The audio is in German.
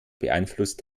beeinflusst